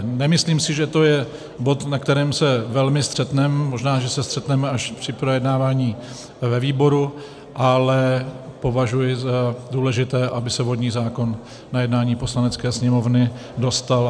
Nemyslím si, že to je bod, na kterém se velmi střetneme, možná, že se střetneme až při projednávání ve výboru, ale považuji za důležité, aby se vodní zákon na jednání Poslanecké sněmovny dostal.